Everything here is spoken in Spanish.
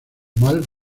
mal